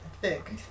thick